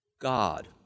God